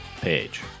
page